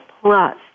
plus